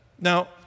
Now